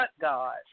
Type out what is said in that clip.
God